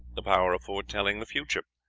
the power of foretelling the future,